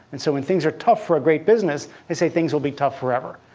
and so when things are tough for a great business, they say things will be tough forever,